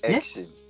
Action